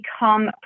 become